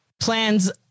plans